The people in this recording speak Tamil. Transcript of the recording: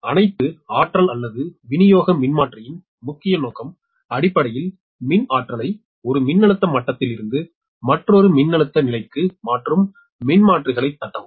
இப்போது அனைத்து சக்தி அல்லது விநியோக மின்மாற்றியின் முக்கிய நோக்கம் அடிப்படையில் மின் ஆற்றலை ஒரு மின்னழுத்த மட்டத்திலிருந்து மற்றொரு மின்னழுத்த நிலைக்கு மாற்றும் மின்மாற்றிகளைத் தட்டவும்